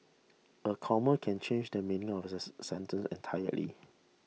a comma can change the meaning of this sentence entirely